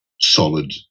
solid